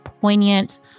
poignant